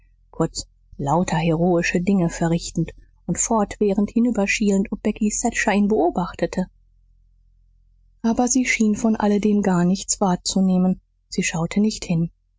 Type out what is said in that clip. kurz lauter heroische dinge verrichtend und fortwährend hinüber schielend ob becky thatcher ihn beobachtete aber sie schien von alledem gar nichts wahrzunehmen sie schaute nicht hin